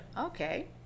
Okay